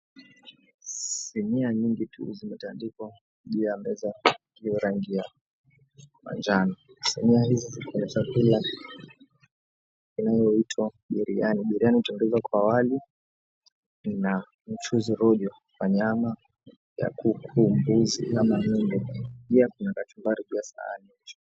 Sinia nyingi zimetandikwa juu ya iliyo rangi ya manjano. Sinia hizi zina chakula inayoitwa biriani, biriani hutengenezwa kwa wali na mchuzi rojo wa nyama ya kuku, mbuzi ama ng'ombe pia kuna kachumbari kwenye sahani izo.